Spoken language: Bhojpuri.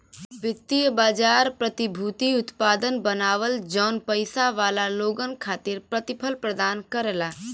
वित्तीय बाजार प्रतिभूति उत्पाद बनावलन जौन पइसा वाला लोगन खातिर प्रतिफल प्रदान करला